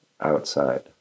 outside